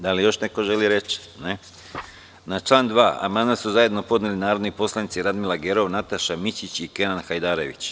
Da li još neko želi reč? (Ne.) Na član 2. amandman su zajedno podneli narodni poslanici Radmila Gerov, Nataša Mićić i Kenan Hajdarević.